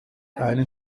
einen